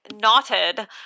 knotted